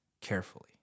carefully